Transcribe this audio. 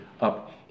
up